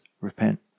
Repent